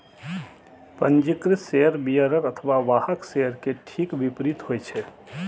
पंजीकृत share bearer अथवा वाहक शेयर के ठीक विपरीत होइ छै